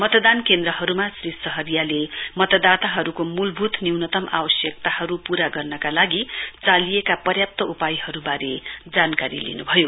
मतदान केन्द्रहरुमा श्री सहारियाले मतदाताहरुको मूलभूत न्यूनतम आवश्यकताहरु पूरा गर्नका लागि चालिएका पर्याप्त उपायहरुवारे जानकारी लिनुभयो